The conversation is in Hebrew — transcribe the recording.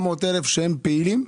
400,000 שהם פעילים?